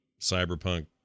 Cyberpunk